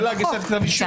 זה בחוק.